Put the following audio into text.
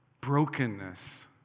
Brokenness